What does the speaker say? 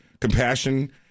compassion